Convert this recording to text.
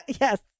Yes